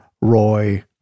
Roy